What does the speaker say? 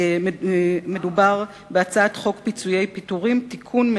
מדובר בהצעת חוק פיצויי פיטורים (תיקון,